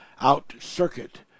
out-circuit